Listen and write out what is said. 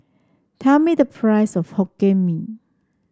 tell me the price of Hokkien Mee